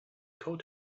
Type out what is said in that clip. called